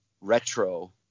retro